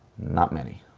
not many.